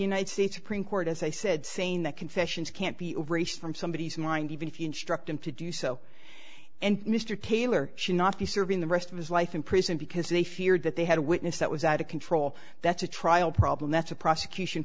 united states supreme court as i said saying that confessions can't be over race from somebodies mind even if you instruct him to do so and mr taylor should not be serving the rest of his life in prison because they feared that they had a witness that was out of control that's a trial problem that's a prosecution